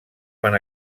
van